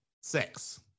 sex